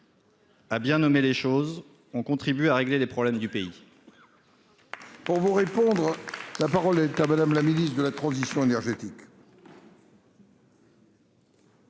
a bien nommer les choses ont contribué à régler les problèmes du pays.